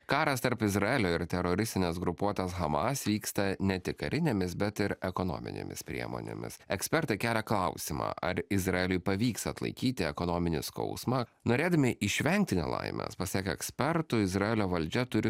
karas tarp izraelio ir teroristinės grupuotės hamas vyksta ne tik karinėmis bet ir ekonominėmis priemonėmis ekspertai kelia klausimą ar izraeliui pavyks atlaikyti ekonominį skausmą norėdami išvengti nelaimės pasak ekspertų izraelio valdžia turi